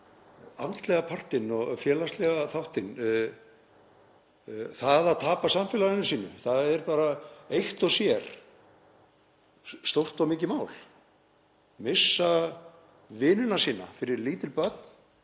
andlega partinn og félagslega þáttinn. Það að tapa samfélaginu sínu er bara eitt og sér stórt og mikið mál, fyrir lítil börn